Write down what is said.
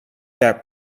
that